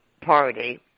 party